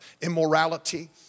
immorality